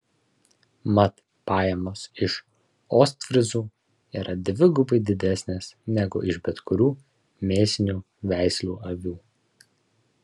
mat pajamos iš ostfryzų yra dvigubai didesnės negu iš bet kurių mėsinių veislių avių